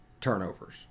Turnovers